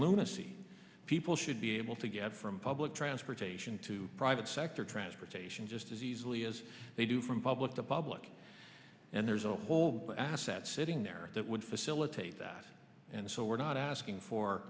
lunacy people should be able to get from public transportation to private sector transportation just as easily as they do from public the public and there's a whole asset sitting there that would facilitate and so we're not asking for